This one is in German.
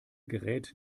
gerät